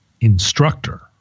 instructor